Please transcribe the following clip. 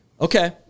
Okay